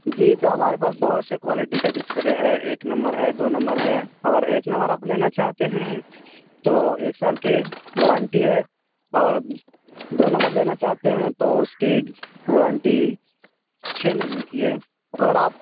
جی تو ہمارے پاس بہت سے کوائلٹی کا ڈسپلے ہے ایک نمبر ہے دو نمبر ہے اگر ایک نمبر آپ لینا چاہتے ہیں تو ایک سال کی وارنٹی ہے اور دو نمبر لینا چاہتے ہیں تو اس کی وارنٹی چھ مہینے کی ہے اور آپ